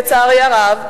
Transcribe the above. לצערי הרב,